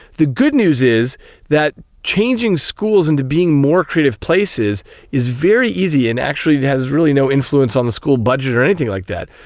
the good news is that changing schools into being more creative places is very easy and actually has really no influence on the school budget or anything like that,